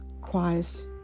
Christ